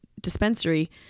dispensary